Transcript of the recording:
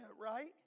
right